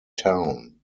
town